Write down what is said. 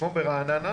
כמו ברעננה,